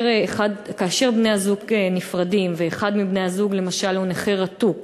כאשר בני-זוג נפרדים ואחד מבני-הזוג למשל הוא נכה רתוק